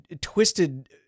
twisted